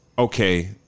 okay